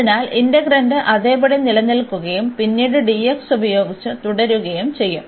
അതിനാൽ ഇന്റെഗ്രന്റ് അതേപടി നിലനിൽക്കുകയും പിന്നീട് dx ഉപയോഗിച്ച് തുടരുകയും ചെയ്യും